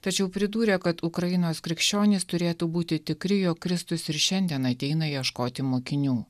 tačiau pridūrė kad ukrainos krikščionys turėtų būti tikri jog kristus ir šiandien ateina ieškoti mokinių